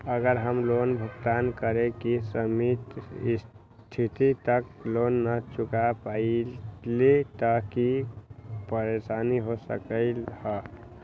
अगर हम लोन भुगतान करे के सिमित तिथि तक लोन न चुका पईली त की की परेशानी हो सकलई ह?